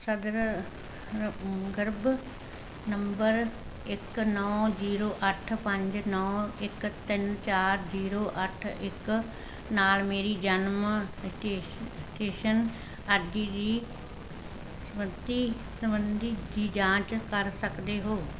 ਸੰਦਰਭ ਗਰਭ ਨੰਬਰ ਇੱਕ ਨੌਂ ਜੀਰੋ ਅੱਠ ਪੰਜ ਨੌਂ ਇੱਕ ਤਿੰਨ ਚਾਰ ਜੀਰੋ ਅੱਠ ਇੱਕ ਨਾਲ ਮੇਰੀ ਜਨਮ ਪਟੀ ਪਟੀਸ਼ਨ ਅਰਜ਼ੀ ਜੀ ਸਬੰਤੀ ਸਬੰਧੀ ਦੀ ਜਾਂਚ ਕਰ ਸਕਦੇ ਹੋ